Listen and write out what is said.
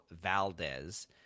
Valdez